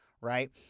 right